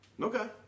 Okay